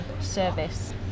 service